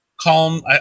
calm